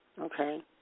okay